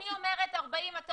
בסדר, אני לא